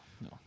No